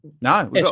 no